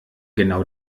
genau